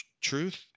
truth